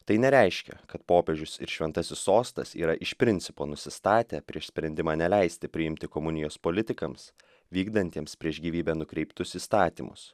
tai nereiškia kad popiežius ir šventasis sostas yra iš principo nusistatę prieš sprendimą neleisti priimti komunijos politikams vykdantiems prieš gyvybę nukreiptus įstatymus